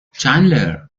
چندلر